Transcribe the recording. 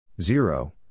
Zero